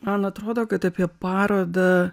man atrodo kad apie parodą